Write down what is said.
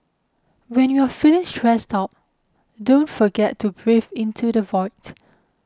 when you are feeling stressed out don't forget to breathe into the void